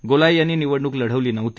गोलाय यांनी निवडणूक लढवली नव्हती